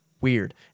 weird